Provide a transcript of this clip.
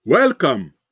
Welcome